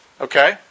Okay